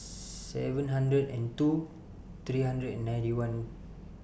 seven hundred and two three hundred and ninety one